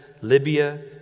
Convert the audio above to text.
Libya